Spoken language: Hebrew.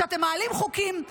כשאתם מעלים חוקים,